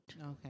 okay